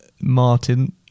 Martin